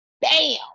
bam